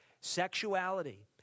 Sexuality